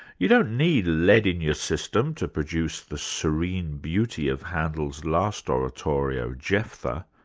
you don't need lead in your system to produce the serene beauty of handel's last oratorio, jephtha,